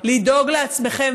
לדאוג לעצמכם,